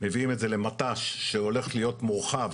אנחנו מביאים את זה למט"ש שהולך להיות מורחב